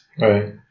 right